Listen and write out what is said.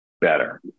better